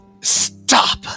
Stop